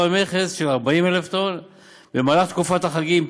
ממכס של 40,000 טונות במהלך תקופות החגים,